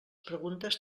preguntes